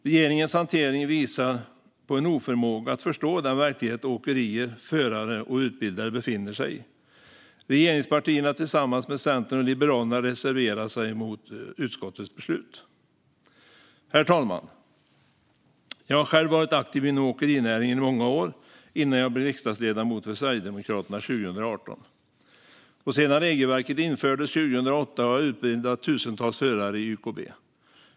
Regeringens hantering visar på en oförmåga att förstå den verklighet åkerier, förare och utbildare befinner sig i. Regeringspartierna tillsammans med Centern och Liberalerna reserverar sig mot utskottets beslut. Herr talman! Jag har själv varit aktiv inom åkerinäringen i många år innan jag blev riksdagsledamot för Sverigedemokraterna 2018. Sedan regelverket infördes 2008 har jag utbildat tusentals förare i YKB.